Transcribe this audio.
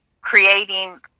creating